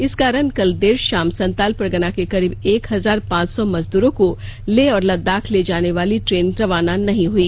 इस कारण कल देर शाम संताल परगना के करीब एक हजार पांच सौ मजदूरों को लेह और लद्दाख ले जाने वाली ट्रेन रवाना नहीं हुई